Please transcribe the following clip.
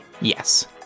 Yes